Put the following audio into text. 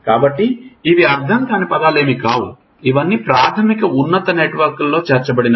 కాబట్టి ఇవి అర్ధం కానీ పదాలేమి కావు ఇవన్నీ ప్రాథమిక ఉన్నత నెట్వర్క్లలో చేర్చబడినవే